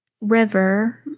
River